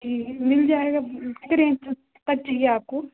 जी मिल जाएगा कित्ते रेंज तक चाहिए आपको